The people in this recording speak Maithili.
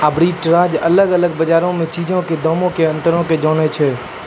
आर्बिट्राज अलग अलग बजारो मे चीजो के दामो मे अंतरो के जाननाय छै